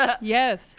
Yes